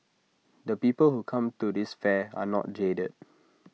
the people who come to this fair are not jaded